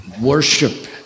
worship